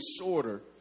shorter